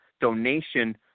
donation